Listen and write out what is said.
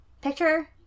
picture